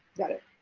got it.